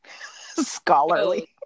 Scholarly